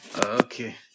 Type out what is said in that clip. Okay